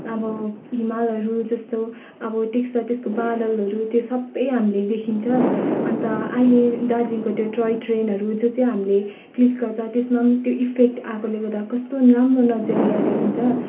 अब हिमालहरू जस्तो अब देख्छ त्यसको बादलहरू त्यो सबै हामीले देखिन्छ अन्त अहिले दार्जिलिङको त्यो टोय ट्रेनहरू जो चाहिँ हामीले क्लिक गर्छ त्यसमा त्यो इफेक्ट आएकोले गर्दा कस्तो राम्रो नजरिया देखिन्छ